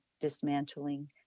dismantling